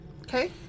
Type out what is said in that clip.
Okay